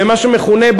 במה שמכונה,